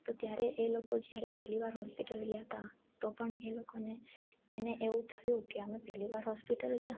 તો ત્યારે એ લોકો જ્યારે પેલી વાર હોસ્પિટલ ગયા હતા તો પણ એ લોકોને એને એવું થયું કે અમે પહેલીવાર હોસ્પિટલ ગયા